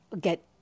get